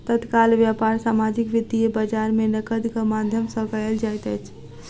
तत्काल व्यापार सामाजिक वित्तीय बजार में नकदक माध्यम सॅ कयल जाइत अछि